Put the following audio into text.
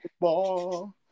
ball